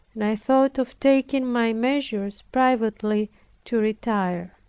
and i thought of taking my measures privately to retire.